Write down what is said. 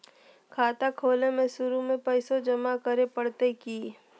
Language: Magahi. खाता खोले में शुरू में पैसो जमा करे पड़तई की?